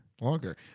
Longer